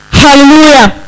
hallelujah